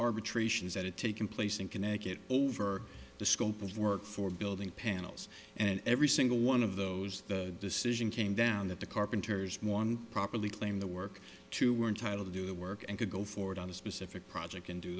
arbitration is that it taken place in connecticut over the scope of work for building panels and every single one of those the decision came down that the carpenters more properly claim the work to were entitled to do the work and could go forward on a specific project and do